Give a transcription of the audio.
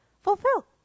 fulfill